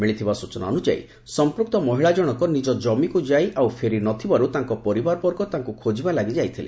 ମିଳିଥିବା ସୂଚନା ଅନୁଯାୟୀ ସମ୍ମୁକ୍ତ ମହିଳା ଜଶକ ନିକ ଜମିକୁ ଯାଇ ଆଉ ଫେରି ନ ଥିବାରୁ ତାଙ୍କ ପରିବାର ବର୍ଗ ତାଙ୍କୁ ଖୋଜିବା ଲାଗି ଯାଇଥିଲେ